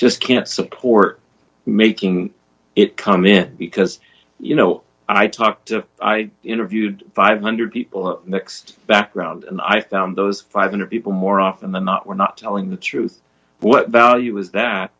just can't support making it come in because you know i talked to i interviewed five hundred people next background and i found those five hundred people more often than not we're not telling the truth what value is that